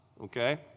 okay